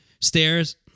stairs